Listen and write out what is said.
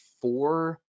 four